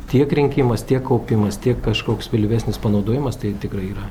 tiek rinkimas tiek kaupimas tiek kažkoks vėlyvesnis panaudojimas tai tikrai yra